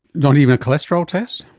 not even cholesterol tests?